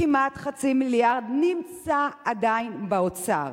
כמעט חצי מיליארד נמצא עדיין באוצר.